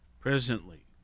Presently